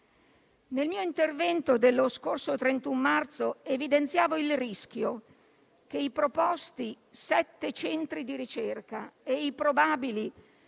Nel mio intervento dello scorso 31 marzo evidenziavo il rischio che i proposti sette centri di ricerca e i probabili